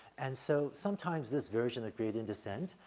and so sometimes this version of gradient descent,